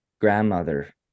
grandmother